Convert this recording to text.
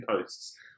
posts